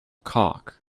cock